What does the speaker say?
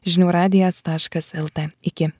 žinių radijas taškas lt iki